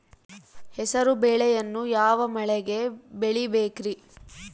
ಹೆಸರುಬೇಳೆಯನ್ನು ಯಾವ ಮಳೆಗೆ ಬೆಳಿಬೇಕ್ರಿ?